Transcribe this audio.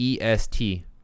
EST